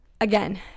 again